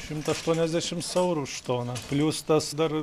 šimtą aštuoniasdešims eurų už toną plius tas dar